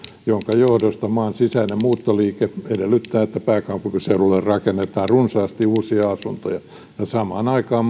minkä johdosta maan sisäinen muuttoliike edellyttää että pääkaupunkiseudulle rakennetaan runsaasti uusia asuntoja ja samaan aikaan